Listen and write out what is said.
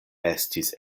estis